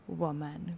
woman